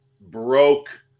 broke